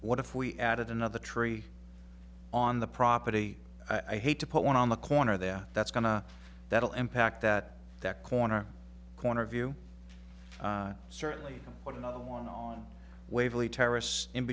what if we added another tree on the property i hate to put one on the corner there that's going to that'll impact that that corner corner view certainly but another one on waverly terrorists in